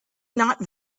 not